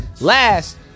Last